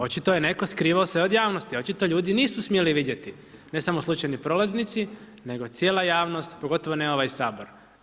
Očito je neko skrivao se od javnosti, očito ljudi nisu smjeli vidjeti, ne samo slučajni prolaznici nego cijela javnost, a pogotovo ne ovaj Sabor.